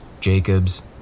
Jacobs